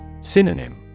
Synonym